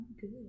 good